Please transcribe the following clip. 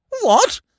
What